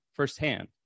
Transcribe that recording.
firsthand